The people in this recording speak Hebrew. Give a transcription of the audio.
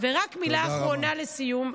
ורק מילה אחרונה לסיום,